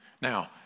Now